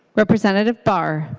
representative but